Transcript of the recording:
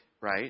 right